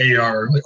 AR